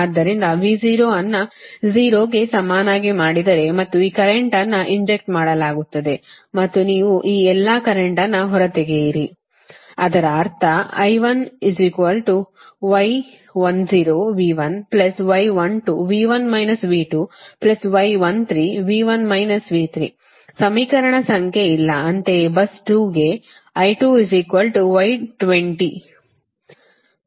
ಆದ್ದರಿಂದ V0 ಅನ್ನು 0 ಗೆ ಸಮನಾಗಿ ಮಾಡಿದರೆ ಮತ್ತು ಈ ಕರೆಂಟ್ ಅನ್ನು ಇಂಜೆಕ್ಟ್ ಮಾಡಲಾಗುತ್ತದೆ ಮತ್ತು ನೀವು ಈ ಎಲ್ಲಾ ಕರೆಂಟ್ ಅನ್ನು ಹೊರತೆಗೆಯಿರಿ ಅದರ ಅರ್ಥ ಸಮೀಕರಣ ಸಂಖ್ಯೆ ಇಲ್ಲ